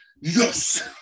yes